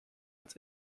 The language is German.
als